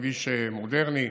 כביש מודרני.